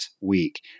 week